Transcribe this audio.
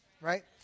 right